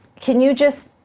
can you just,